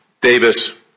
Davis